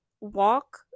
walk